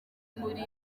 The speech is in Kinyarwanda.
muri